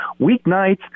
weeknights